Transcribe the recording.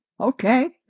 Okay